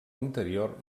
interior